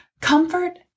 Comfort